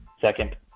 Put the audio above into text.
second